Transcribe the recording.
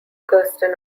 kirsten